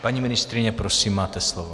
Paní ministryně, prosím, máte slovo.